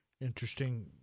Interesting